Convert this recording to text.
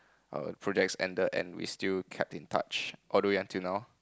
our projects ended and we still kept in touch all the way until now